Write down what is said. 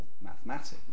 mathematics